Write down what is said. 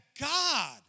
God